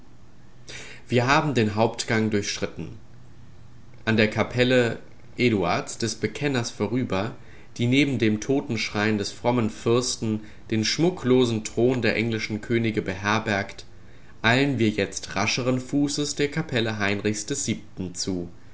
wir haben den hauptgang durchschritten an der kapelle eduards des bekenners vorüber die neben dem totenschrein des frommen fürsten den schmucklosen thron der englischen könige beherbergt eilen wir jetzt rascheren fußes der kapelle heinrichs vii zu